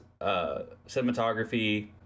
cinematography